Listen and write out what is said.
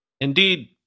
Indeed